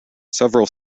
several